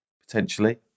potentially